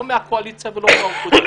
לא של הקואליציה ולא של האופוזיציה.